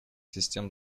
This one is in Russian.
систем